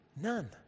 None